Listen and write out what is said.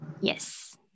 Yes